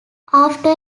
after